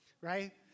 right